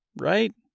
right